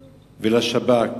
ולשב"כ.